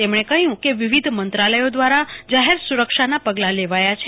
તેમણે કહયું કે વિવિધ મંત્રાલયો દવારા જાહેર સુરક્ષાના પગલાં લેવાયા છે